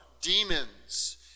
demons